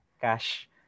cash